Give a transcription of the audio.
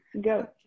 Go